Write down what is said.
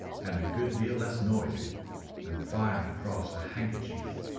and a good deal less noisy than firing across a handkerchief.